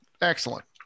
excellent